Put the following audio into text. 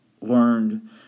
learned